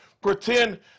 pretend